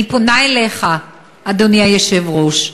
אני פונה אליך, אדוני היושב-ראש,